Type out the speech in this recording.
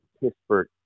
Pittsburgh